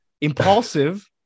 impulsive